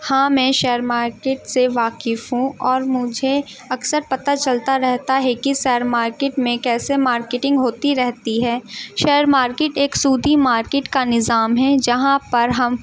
ہاں میں share market سے واقف ہوں اور مجھے اکثر پتہ چلتا رہتا ہے کہ شیئر مارکیٹ میں کیسے مارکیٹنگ ہوتی رہتی ہے شیئر مارکیٹ ایک سودی مارکیٹ کا نظام ہے جہاں پر ہم